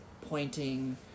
pointing